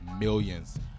millions